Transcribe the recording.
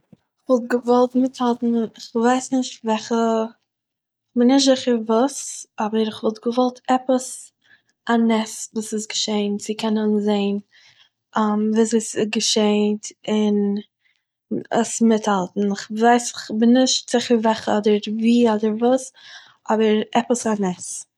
איך וואלט געוואלט מיטהאלטן איך ווייס נישט וועלכע, איך בין נישט זיכער וואס, אבער איך וואלט געוואלט עפעס; א נס וואס איז געשען צו קענען זעהן וויאזוי עס געשעט און עס מיטהאלטן, איך ווייס איך בין נישט זיכער וועלכע, אדער וואו אדער וואס, אבער עפעס א נס